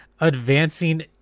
advancing